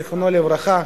זיכרונו לברכה,